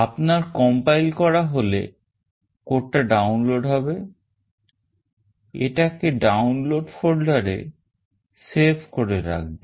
আপনার compile করা হলে code টা download হবে এটাকে Download folder এ save করে রাখবেন